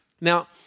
Now